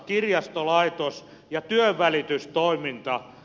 kirjastolaitos ja työnvälitystoiminta